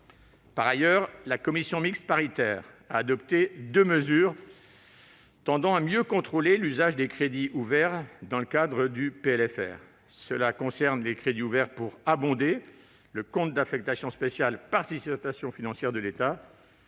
Enfin, la commission mixte paritaire a adopté deux mesures tendant à mieux contrôler l'usage des crédits ouverts dans le cadre du PLFR. Cela concerne les crédits ouverts pour abonder le compte d'affection spéciale « Participations financières de l'État